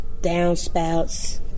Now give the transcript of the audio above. downspouts